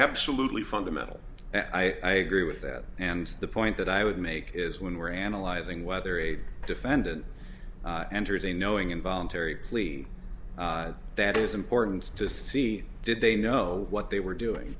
absolutely fundamental i agree with that and the point that i would make is when we're analyzing whether aid defendant enters a knowing involuntary plea that is important to see did they know what they were doing